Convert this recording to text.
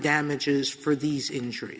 damages for these injur